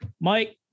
Mike